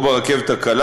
או ברכבת הקלה,